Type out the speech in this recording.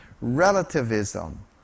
relativism